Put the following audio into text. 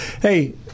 Hey